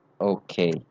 Okay